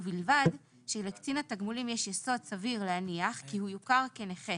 ובלבד שלקצין תגמולים יש יסוד סביר להניח כי הוא יוכר כנכה